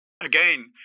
again